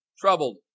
troubled